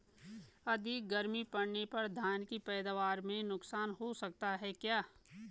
अधिक गर्मी पड़ने पर धान की पैदावार में नुकसान हो सकता है क्या?